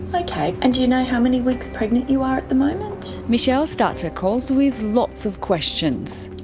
like ok and do you know how many weeks pregnant you are at the moment? michelle starts her calls with lots of questions.